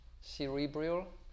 cerebral